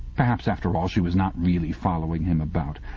perhaps after all she was not really following him about,